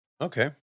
Okay